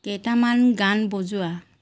কেইটামান গান বজোৱা